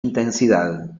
intensidad